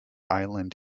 island